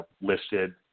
listed